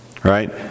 right